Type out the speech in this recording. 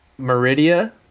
Meridia